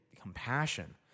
compassion